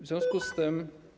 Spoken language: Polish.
W związku z tym.